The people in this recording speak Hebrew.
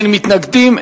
אין מתנגדים,